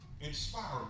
inspiring